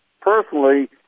personally